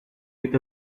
with